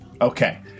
Okay